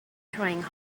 trying